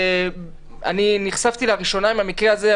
אני נחשפתי לראשונה למקרה הזה,